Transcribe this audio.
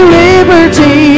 liberty